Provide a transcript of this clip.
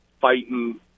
fighting